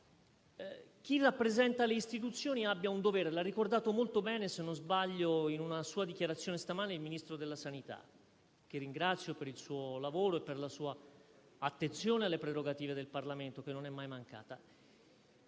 chi rappresenta le istituzioni abbia un dovere, come ha ricordato molto bene, in una sua dichiarazione stamane, il Ministro della sanità, che ringrazio per il suo lavoro e per la sua attenzione alle prerogative del Parlamento, che non è mai mancata: